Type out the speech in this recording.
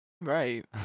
Right